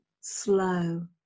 slow